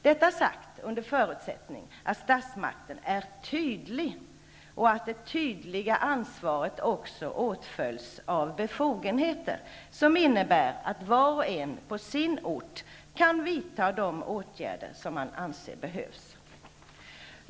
Detta gäller under förutsättning att statsmakten är tydlig och att det tydliga ansvaret också åtföljs av befogenheter som innebär att var och en på sin ort kan vidta de åtgärder som anses behövliga.